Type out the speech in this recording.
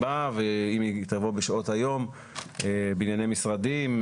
באה ואם היא תבוא בשעות היום בנייני משרדים,